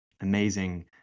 amazing